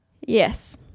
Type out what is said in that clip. Yes